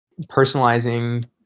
personalizing